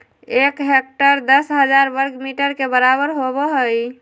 एक हेक्टेयर दस हजार वर्ग मीटर के बराबर होबो हइ